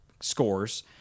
scores